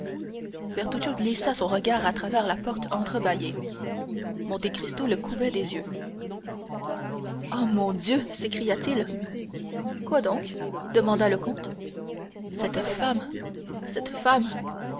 bertuccio glissa son regard à travers la porte entrebâillée monte cristo le couvait des yeux ah mon dieu s'écria-t-il quoi donc demanda le comte cette femme cette femme